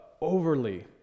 overly